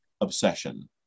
obsession